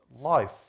life